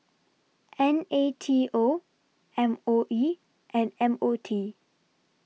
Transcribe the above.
N A T O M O E and M O T